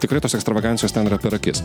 tikrai tos ekstravagancijos ten yra per akis